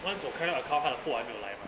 once 我开到 account 它的货还没有来 mah